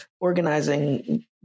organizing